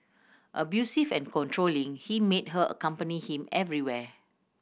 abusive and controlling he made her accompany him everywhere